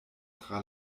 tra